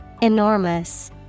Enormous